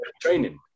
training